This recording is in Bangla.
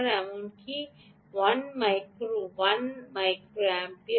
এটি এমনকি 1 মাইক্রো ওয়ান 500 মাইক্রোও নয়